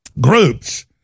groups